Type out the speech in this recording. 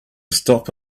stop